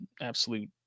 absolute